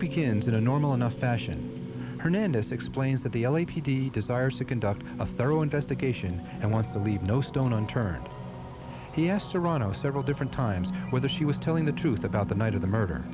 begins in a normal enough fashion hernandez explains that the l a p d desires to conduct a thorough investigation and want to leave no stone unturned he asked serrano several different times whether he was telling the truth about the night of the murder